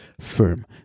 firm